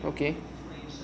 okay